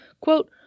Quote